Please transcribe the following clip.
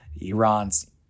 Iran's